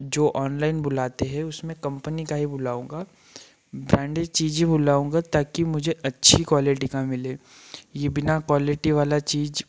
जो ऑनलाइन बुलाते हैं उसमें कंपनी का ही बुलाऊँगा ब्रांडेड चीजें बुलाऊँगा ताकि मुझे अच्छी क्वालिटी का मिले ये बिना क्वालिटी वाला चीज